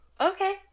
Okay